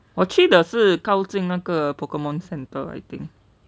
我去的是靠近那个 pokemon center I think